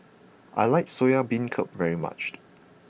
I like soya beancurd very much